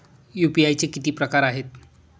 UPI चे किती प्रकार आहेत?